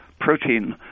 protein